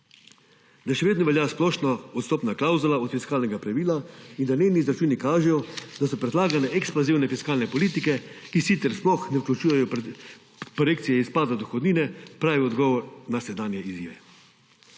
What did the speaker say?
Da še vedno velja splošna odstopna klavzula od fiskalnega pravila in da njeni izračuni kažejo, da so predlagane ekspanzivne fiskalne politike, ki sicer sploh ne vključujejo projekcije izpada dohodnine, pravi odgovor na sedanje izzive.